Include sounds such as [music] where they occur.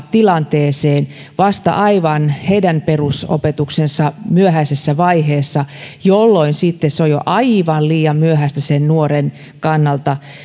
[unintelligible] tilanteeseen vasta aivan heidän perusopetuksensa myöhäisessä vaiheessa jolloin se on jo aivan liian myöhäistä sen nuoren kannalta